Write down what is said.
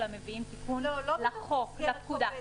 מביאים תיקון לחוק עצמו.